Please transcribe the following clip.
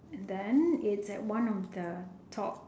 then it's at one of the top